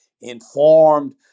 informed